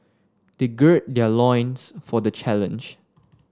they gird their loins for the challenge